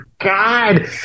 God